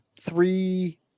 three